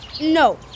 no